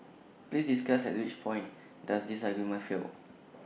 please discuss at which point does this argument fail